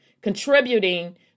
contributing